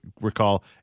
recall